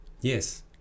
Yes